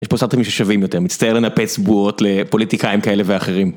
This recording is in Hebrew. יש פה סרטים ששווים יותר מצטער לנפץ בועות לפוליטיקאים כאלה ואחרים.